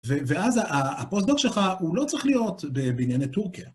ואז הפוסטדוק שלך הוא לא צריך להיות בענייני טורקיה.